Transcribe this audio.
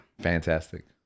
Fantastic